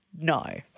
No